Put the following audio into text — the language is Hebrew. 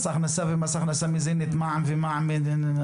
הכנסה ומס הכנסה מזין את מע"מ וכן הלאה.